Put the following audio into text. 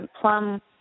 Plum